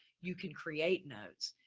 you can create notes,